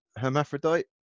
hermaphrodite